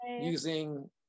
using